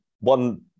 one